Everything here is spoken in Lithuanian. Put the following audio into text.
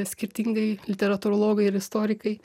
skirtingai literatūrologai ir istorikai